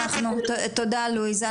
תודה לואיס,